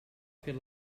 fer